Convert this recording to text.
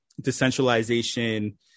decentralization